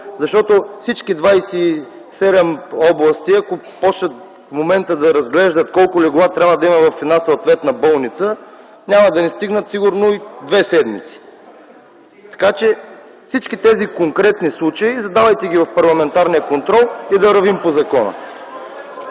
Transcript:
Защото всички 27 области, ако започнат в момента да разглеждат колко легла трябва да има в една болница, няма да ни стигнат сигурно и две седмици. Така че всички тези конкретни случаи ги задавайте в парламентарния контрол и да вървим по закона.